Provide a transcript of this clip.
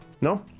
No